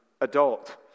adult